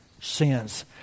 sins